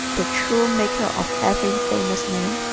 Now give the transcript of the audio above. the true maker of every famous name,